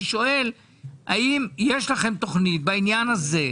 אני שואל האם יש לכם תוכנית בעניין הזה,